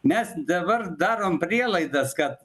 mes dabar darom prielaidas kad